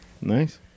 Nice